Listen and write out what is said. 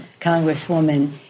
Congresswoman